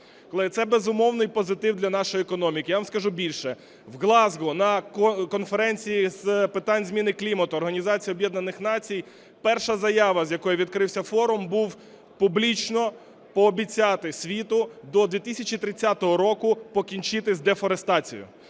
це безумовний позитив для нашої економіки. Я вам скажу більше, в Глазго на Конференції з питань зміни клімату Організації Об'єднаних Націй перша заява, з якої відкрився форум був – публічно пообіцяти світу до 2030 року покінчити з дефорестацією.